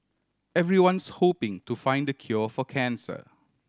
everyone's hoping to find the cure for cancer